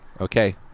okay